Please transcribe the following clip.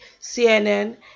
cnn